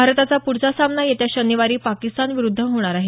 भारताचा पुढचा सामना येत्या शनिवारी पाकिस्तान विरुद्ध होणार आहे